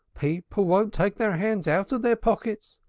people won't take their hands out of their pockets,